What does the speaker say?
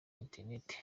internet